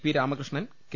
P Ramakrishnan K